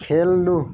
खेल्नु